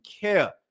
care